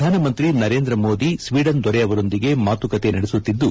ಪ್ರಧಾನಮಂತ್ರಿ ನರೇಂದ್ರ ಮೋದಿ ಸ್ನೀಡನ್ ದೊರೆ ಅವರೊಂದಿಗೆ ಮಾತುಕತೆ ನಡೆಸುತ್ತಿದ್ದು